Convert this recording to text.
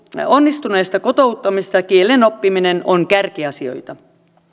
onnistuneesta kotouttamisesta kielen oppiminen on kärkiasioita